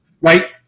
right